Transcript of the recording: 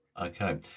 Okay